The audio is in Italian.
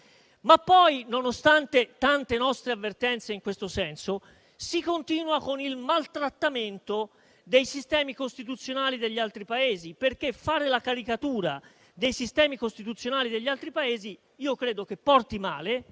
Inoltre, nonostante tante nostre avvertenze in questo senso, si continua con il maltrattamento dei sistemi costituzionali degli altri Paesi perché fare la caricatura dei sistemi costituzionali degli altri Paesi io credo che porti male,